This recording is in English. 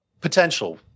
Potential